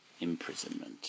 imprisonment